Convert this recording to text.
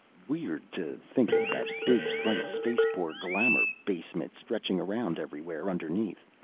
weird to think of that big bright space-poor glamor basement stretching around everywhere underneath.